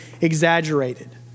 exaggerated